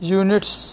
units